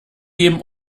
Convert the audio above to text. geben